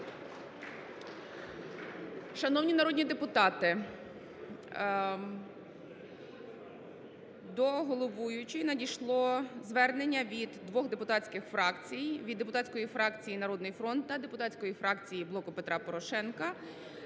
Шановні народні депутати, до головуючої надійшло звернення від двох депутатських фракцій, від депутатської фракції "Народний фронт" та депутатської фракції "Блоку Петра Порошенка",